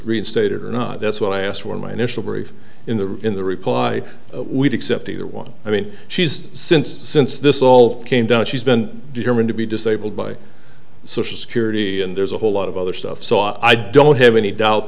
reinstated or not that's what i asked for my initial brief in the in the reply we do except either one i mean she's since since this all came down she's been determined to be disabled by social security and there's a whole lot of other stuff so i don't have any doubt